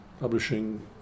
publishing